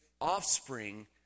offspring